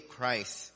Christ